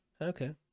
Okay